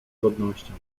godnością